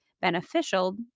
beneficial